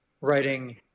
writing